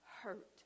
hurt